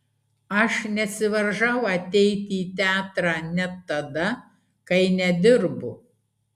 aš nesivaržau ateiti į teatrą net tada kai nedirbu